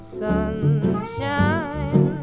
sunshine